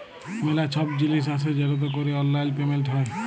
ম্যালা ছব জিলিস আসে যেটতে ক্যরে অললাইল পেমেলট হ্যয়